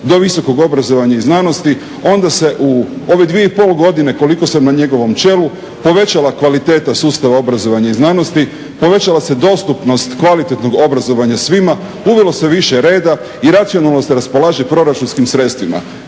do visokog obrazovanja i znanosti onda se u ove 2,5 godine koliko sam na njegovom čelu povećala kvaliteta sustava obrazovanja i znanosti, povećala se dostupnost kvalitetnog obrazovanja svima, uvelo se više reda i racionalno se raspolaže proračunskim sredstvima.